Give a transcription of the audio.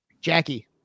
Jackie